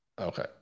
Okay